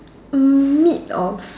mid of